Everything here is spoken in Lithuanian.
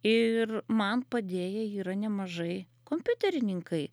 ir man padėję yra nemažai kompiuterininkai